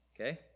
okay